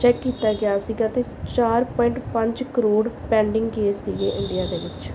check ਕੀਤਾ ਗਿਆ ਸੀਗਾ ਅਤੇ ਚਾਰ ਪੁਆਇੰਟ ਪੰਜ ਕਰੋੜ ਪੈਂਡਿੰਗ ਕੇਸ ਸੀਗੇ ਇੰਡੀਆ ਦੇ ਵਿੱਚ